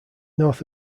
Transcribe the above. north